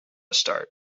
start